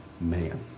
man